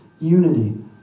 unity